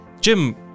Jim